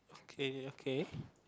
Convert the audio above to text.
K okay